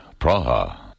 Praha